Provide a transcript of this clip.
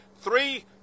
three